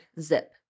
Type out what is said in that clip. Zip